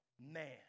man